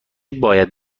باید